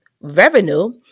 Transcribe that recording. revenue